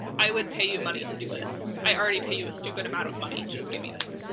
i would pay you money to do this. i already pay you a stupid amount of money, just give me this.